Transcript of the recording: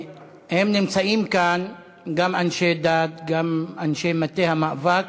הם נמצאים כאן, גם אנשי דת, גם אנשי מטה המאבק,